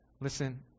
listen